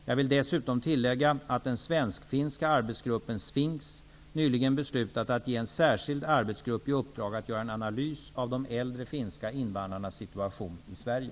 Jag vill dessutom tillägga att den svensk-finska arbetsgruppen SFINKS nyligen beslutat att ge en särskild arbetsgrupp i uppdrag att göra en analys av de äldre finska invandrarnas situation i Sverige.